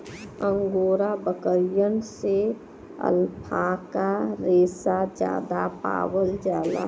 angora बकरियन से alpaca रेसा जादा पावल जाला